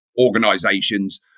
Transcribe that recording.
organizations